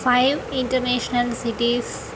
five international cities